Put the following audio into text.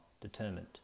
determined